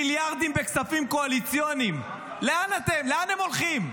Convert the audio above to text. מיליארדים בכספים קואליציוניים, לאן הם הולכים?